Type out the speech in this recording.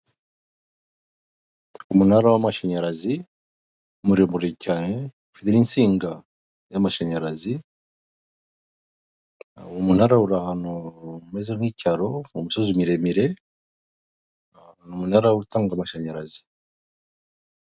Umunara w'amashanyarazi muremure cyane ufite n'insinga z'amashanyarazi. Uwo munara uri ahantu hameze nk'icyaro mu misozi miremire ni umunara utanga amashanyarazi.